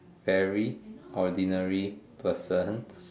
very ordinary person